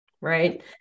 right